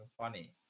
funny